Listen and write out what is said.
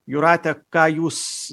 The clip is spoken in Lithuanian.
jūrate ką jūs